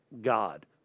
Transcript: God